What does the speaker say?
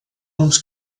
uns